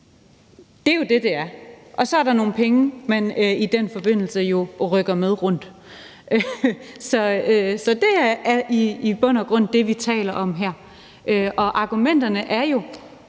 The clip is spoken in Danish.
det er jo det, det er – og så er der nogle penge, man i den forbindelse jo rykker med rundt. Så det er i bund og grund det, vi taler om her. Og argumentet er jo,